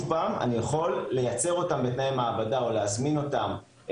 הרישיון ולהביא אותו.